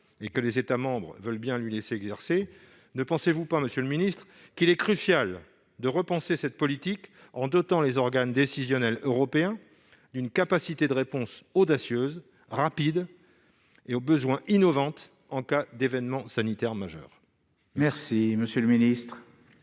et que les États membres veulent bien lui laisser exercer, ne pensez-vous pas, monsieur le secrétaire d'État, qu'il est crucial de repenser cette politique, en dotant les organes décisionnels européens d'une capacité de réponse audacieuse, rapide et, au besoin, innovante en cas d'événement sanitaire majeur ? La parole est